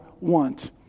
want